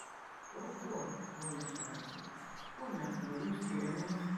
o kuo pone švarcai kuo mes nuo jų skiriamės